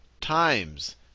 times